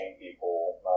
people